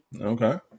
Okay